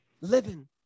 living